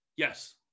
Yes